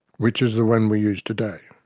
which is the one we use today.